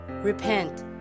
Repent